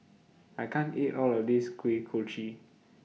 I can't eat All of This Kuih Kochi